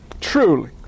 Truly